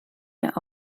mehr